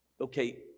okay